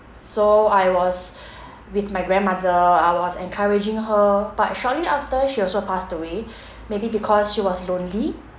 so I was with my grandmother I was encouraging her but shortly after she also passed away maybe because she was lonely